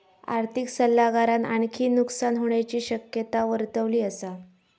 आर्थिक सल्लागारान आणखी नुकसान होण्याची शक्यता वर्तवली असा